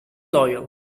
loyal